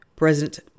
President